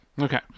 Okay